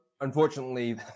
unfortunately